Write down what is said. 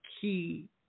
key